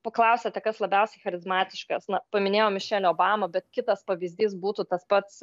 paklausėte kas labiausiai charizmatiškas na paminėjom mišelę obamą bet kitas pavyzdys būtų tas pats